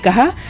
ah hurt